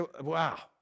Wow